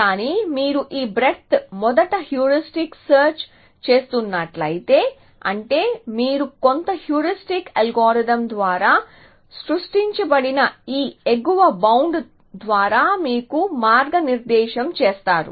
కానీ మీరు ఈ బ్రేడ్త్ మొదటి హ్యూరిస్టిక్ సెర్చ్ చేస్తున్నట్లయితే అంటే మీరు కొంత హ్యూరిస్టిక్ అల్గోరిథం ద్వారా సృష్టించబడిన ఈ ఎగువ బౌండ్ ద్వారా మీకు మార్గనిర్దేశం చేస్తారు